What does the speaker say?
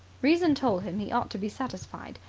reason told him he ought to be satisfied,